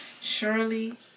Surely